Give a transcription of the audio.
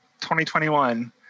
2021